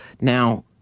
Now